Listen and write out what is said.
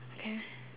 okay